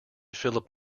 philip